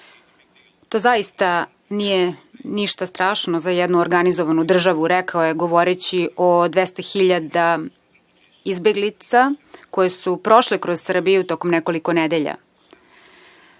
To zaista nije ništa strašno za jednu organizovanu državu, rekao je, govoreći o 200 hiljada izbeglica koje su prošle kroz Srbiju tokom nekoliko nedelja. Srbija